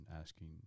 asking